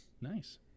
Nice